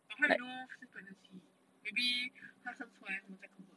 but how you know 是 pregnancy maybe 他生出来他们才 convert